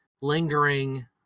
lingering